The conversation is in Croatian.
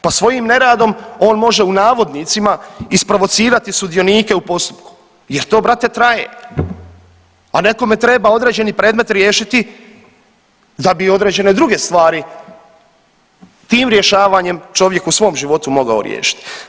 Pa svojim neradom on može u navodnicima isprovocirati sudionike u postupku jer to brate traje, a nekome treba određeni predmet riješiti da bi određene druge stvari tim rješavanjem čovjek u svom životu mogao riješiti.